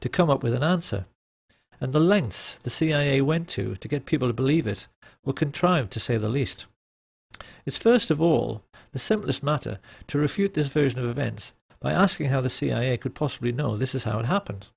to come up with an answer and the lengths the cia went to to get people to believe it will contrive to say the least is first of all the simplest matter to refute his version of events by asking how the cia could possibly know this is how it happen